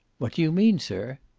what do you mean, sir?